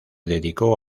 dedicó